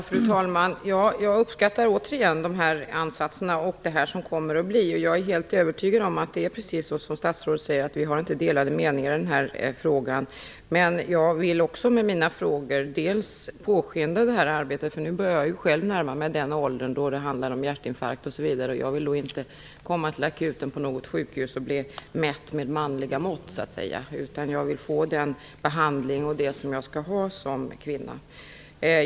Fru talman! Jag uppskattar återigen dessa ansatser och det som kommer att ske. Jag är helt övertygad om att det är precis så som statsrådet säger, vi har inte delade meningar i den här frågan. Men jag vill påskynda det här arbetet med mina frågor. Nu börjar jag ju själv närma mig den ålder då det handlar om hjärtinfarkt osv. Jag vill inte komma till akuten på något sjukhus och bli mätt med manliga mått, så att säga. Jag vill få den behandling som jag skall ha som kvinna.